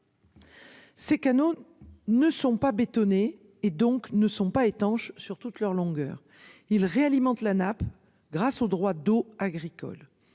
Ces canaux ne sont pas bétonné et donc ne sont pas étanches sur toute leur longueur il réalimente la nappe. Grâce aux droits d'eau agricole.